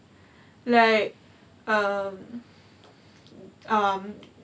like um um